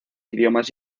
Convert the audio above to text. idiomas